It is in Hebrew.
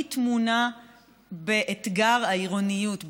היא טמונה באתגר העירוניות,